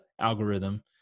algorithm